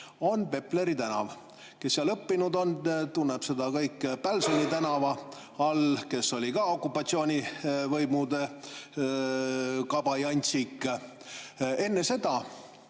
on Pepleri tänav. Kes seal õppinud on, tunneb seda Pälsoni tänavana – tema oli ka okupatsioonivõimude kabajantsik. Enne seda